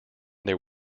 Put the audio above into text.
there